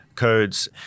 codes